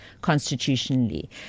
constitutionally